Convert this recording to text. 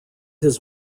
his